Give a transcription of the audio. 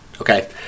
Okay